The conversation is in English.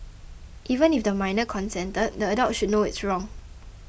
even if the minor consented the adult should know it's wrong